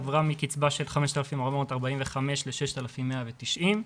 עברה מקצבה של 5,445 ל-6,190 שקלים,